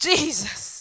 Jesus